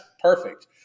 perfect